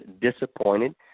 disappointed